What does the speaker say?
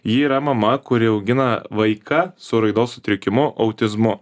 ji yra mama kuri augina vaiką su raidos sutrikimu autizmu